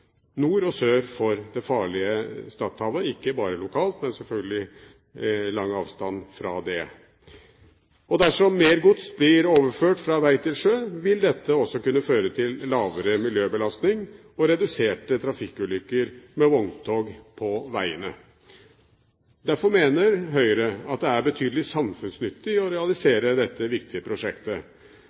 nord og sør for det farlige Stadhavet, ikke bare lokalt, men selvfølgelig også langt utover det. Dersom mer gods blir overført fra vei til sjø, vil dette også føre til mindre miljøbelastning og redusere antallet trafikkulykker med vogntog på veiene. Derfor mener Høyre at det er betydelig samfunnsnyttig å realisere dette viktige prosjektet.